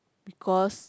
because